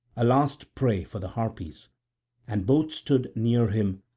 a last prey for the harpies and both stood near him,